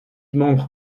membre